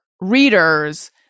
readers